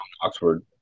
Oxford